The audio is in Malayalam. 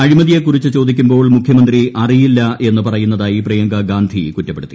അഴിമതിയെക്കുറിച്ച് ചോദിക്കുമ്പോൾ മുഖ്യമന്ത്രി അറിയില്ല എന്ന് പറയുന്നതായി പ്രിയങ്കാ ഗാന്ധി കുറ്റപ്പെടുത്തി